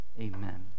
amen